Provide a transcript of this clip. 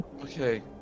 Okay